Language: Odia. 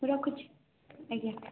ମୁଁ ରଖୁଛି ଆଜ୍ଞା